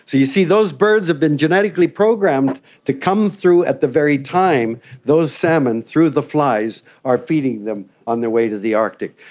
you see, those birds have been genetically programmed to come through at the very time those salmon, through the flies, are feeding them on their way to the arctic.